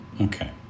Okay